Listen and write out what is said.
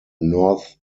north